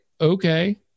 okay